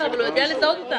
אבל הוא יודע לזהות אותם.